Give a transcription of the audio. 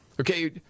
Okay